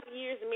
years